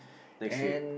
thanks to it